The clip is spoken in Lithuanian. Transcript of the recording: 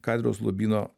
katedros lobyno